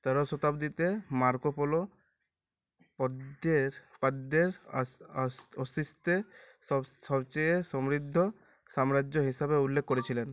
তেরো শতাব্দীতে Marco Polo পদ্দের পাদ্দের আস আস অস্তিস্তে সব সবচেয়ে সমৃদ্ধ সাম্রাজ্য হিসাবে উল্লেখ করেছিলেন